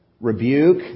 rebuke